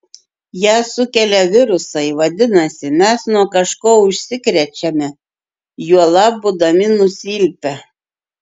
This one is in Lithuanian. ją sukelia virusai vadinasi mes nuo kažko užsikrečiame juolab būdami nusilpę